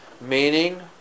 meaning